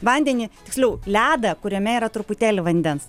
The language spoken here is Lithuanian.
vandenį tiksliau ledą kuriame yra truputėlį vandens